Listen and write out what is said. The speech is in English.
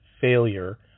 failure